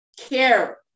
care